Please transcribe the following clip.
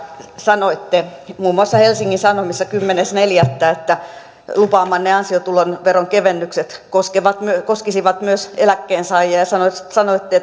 sanoitte muun muassa helsingin sanomissa kymmenes neljättä että lupaamanne ansiotuloveron kevennykset koskisivat myös eläkkeensaajia ja sanoitte